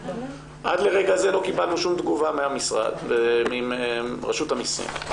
עד לרגע זה לא קיבלנו שום תגובה מרשות המיסים.